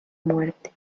muerte